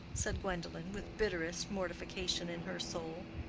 said gwendolen, with bitterest mortification in her soul.